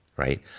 Right